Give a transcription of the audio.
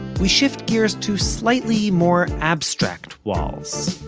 we shift gears to slightly more abstract walls.